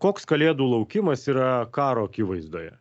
o koks kalėdų laukimas yra karo akivaizdoje